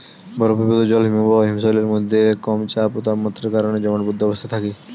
বরফীভূত জল হিমবাহ বা হিমশৈলের মধ্যে কম চাপ ও তাপমাত্রার কারণে জমাটবদ্ধ অবস্থায় থাকে